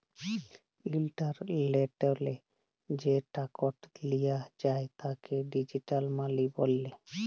ইলটারলেটলে যে টাকাট লিয়া যায় তাকে ডিজিটাল মালি ব্যলে